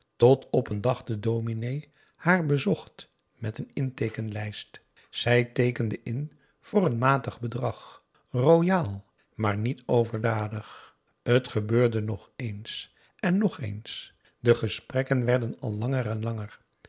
tot op een dag de dominé haar bezocht met een inteekenlijst zij teekende in voor een matig bedrag royaal maar niet overdadig t gebeurde nogeens en nogeens de gesprekken werden al langer en langer